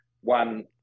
one